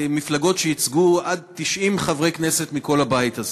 מפלגות שייצגו עד 90 חברי כנסת מכל הבית הזה.